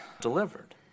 delivered